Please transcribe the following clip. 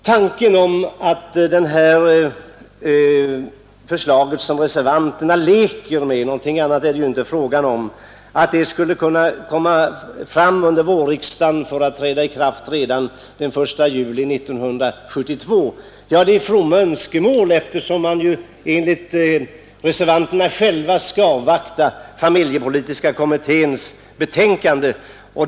Tanken att det förslag som reservanterna leker med — något annat är det ju inte fråga om — skulle kunna framläggas under vårsessionen för att träda i kraft redan den 1 juli 1972 är bara ett fromt önskemål, eftersom man ju enligt reservanterna själva skall avvakta familjepolitiska kommitténs betänkande.